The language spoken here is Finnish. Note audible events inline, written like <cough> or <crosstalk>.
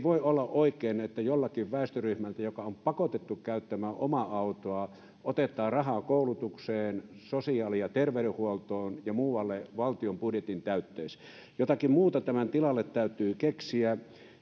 <unintelligible> voi olla oikein että joltakin väestöryhmältä joka on pakotettu käyttämään omaa autoa otetaan rahaa koulutukseen sosiaali ja terveydenhuoltoon ja muualle valtion budjetin täytteeksi jotakin muuta tämän tilalle täytyy keksiä